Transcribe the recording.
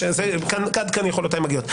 עד כאן יכולותיי מגיעות.